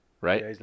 Right